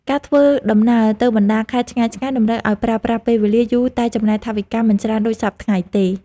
ការធ្វើដំណើរទៅបណ្តាខេត្តឆ្ងាយៗតម្រូវឱ្យប្រើប្រាស់ពេលវេលាយូរតែចំណាយថវិកាមិនច្រើនដូចសព្វថ្ងៃទេ។